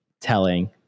telling